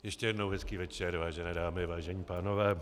Ještě jednou hezký večer, vážené dámy, vážení pánové.